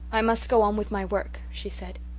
i must go on with my work she said.